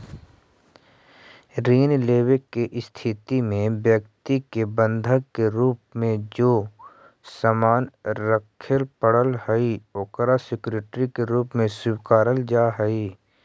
ऋण लेवे के स्थिति में व्यक्ति के बंधक के रूप में जे सामान रखे पड़ऽ हइ ओकरा सिक्योरिटी के रूप में स्वीकारल जा हइ